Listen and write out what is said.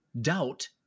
doubt